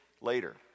later